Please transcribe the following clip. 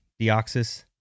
Deoxys